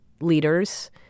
leaders